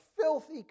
filthy